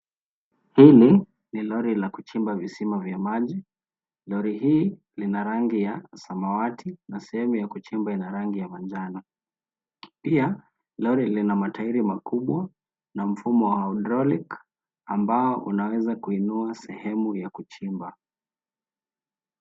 Hili ni lori la kuchimba visima vya maji. Lori hii lina rangi ya samawati na sehemu ya kuchimba ina rangi ya manjano. Pia lori lina matairi makubwa na mfumo wa hydraulic ambao unaweza kuinua sehemu ya kuchimba.